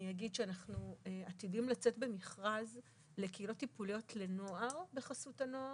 אנחנו עתידים לצאת במכרז לקהילות טיפוליות לנוער בחסות הנוער.